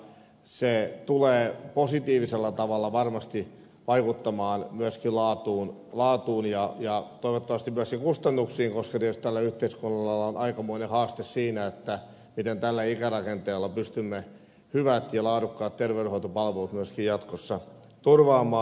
se tulee positiivisella tavalla varmasti vaikuttamaan laatuun ja toivottavasti myöskin kustannuksiin koska tietysti tällä yhteiskunnalla on aikamoinen haaste siinä miten tällä ikärakenteella pystymme hyvät ja laadukkaat terveydenhoitopalvelut myöskin jatkossa turvaamaan